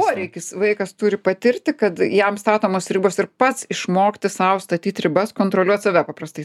poreikis vaikas turi patirti kad jam statomos ribos ir pats išmokti sau statyt ribas kontroliuot save paprastai